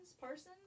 Parsons